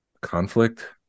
conflict